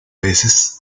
veces